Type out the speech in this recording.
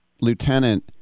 Lieutenant